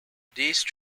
these